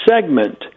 segment